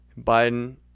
biden